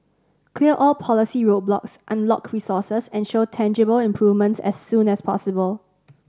clear all policy roadblocks unlock resources and show tangible improvements as soon as possible